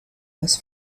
was